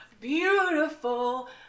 beautiful